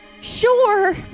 Sure